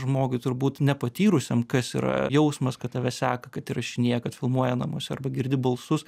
žmogui turbūt nepatyrusiam kas yra jausmas kad tave seka kad įrašinėja kad filmuoja namuose arba girdi balsus